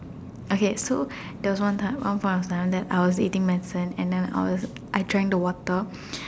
okay so there was one time one point of time that I was eating medicine and then I was I drank the water